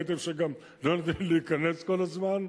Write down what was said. ראיתם שגם לא נותנים לי להיכנס כל הזמן,